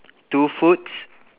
two foods